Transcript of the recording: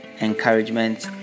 encouragement